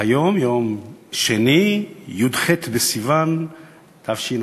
למשל: היום יום שני, י"ח בסיוון התשע"ד.